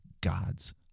God's